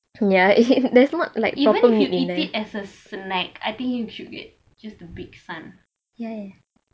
even if you eat as a snack I think you should get just the big san